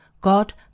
God